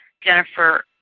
Jennifer